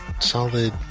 Solid